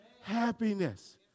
happiness